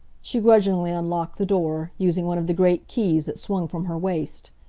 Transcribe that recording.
she grudgingly unlocked the door, using one of the great keys that swung from her waist.